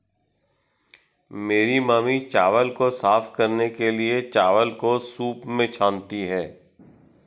मेरी मामी चावल को साफ करने के लिए, चावल को सूंप में छानती हैं